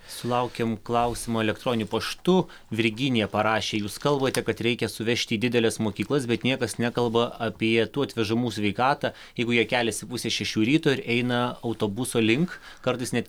sulaukėm klausimų elektroniniu paštu virginija parašė jūs kalbate kad reikia suvežti į dideles mokyklas bet niekas nekalba apie tų atvežamų sveikatą jeigu jie keliasi pusę šešių ryto ir eina autobuso link kartais net